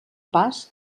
pas